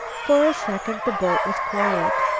for a second the boat was quiet.